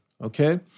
okay